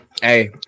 Hey